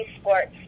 Sports